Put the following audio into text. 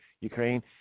Ukraine